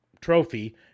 trophy